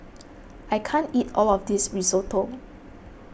I can't eat all of this Risotto